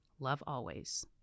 lovealways